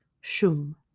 Shum